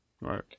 Right